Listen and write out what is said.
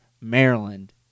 Maryland